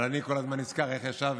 אבל אני כל הזמן נזכר איך ישב